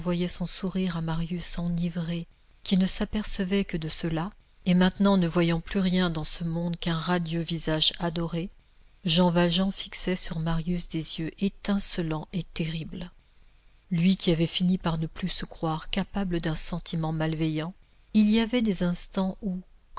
son sourire à marius enivré qui ne s'apercevait que de cela et maintenant ne voyait plus rien dans ce monde qu'un radieux visage adoré jean valjean fixait sur marius des yeux étincelants et terribles lui qui avait fini par ne plus se croire capable d'un sentiment malveillant il y avait des instants où